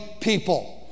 people